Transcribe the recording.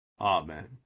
amen